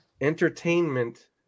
entertainment